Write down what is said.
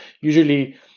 usually